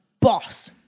boss